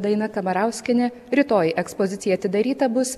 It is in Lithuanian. daina kamarauskienė rytoj ekspozicija atidaryta bus